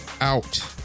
out